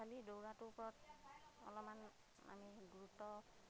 খালী দৌৰাটোৰ ওপৰত অলপমান আমি গুৰুত্বটো